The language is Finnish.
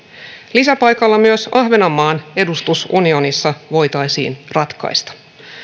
lisäpaikalla myös ahvenanmaan edustus unionissa voitaisiin ratkaista